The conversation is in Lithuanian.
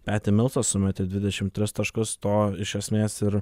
peti milsas sumetė dvidešim tris taškus to iš esmės ir